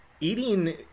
eating